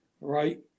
Right